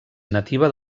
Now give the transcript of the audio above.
nativa